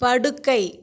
படுக்கை